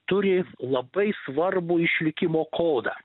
turi labai svarbų išlikimo kodą